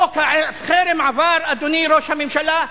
חוק החרם עבר, אדוני ראש הממשלה,